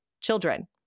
children